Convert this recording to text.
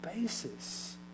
basis